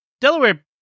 Delaware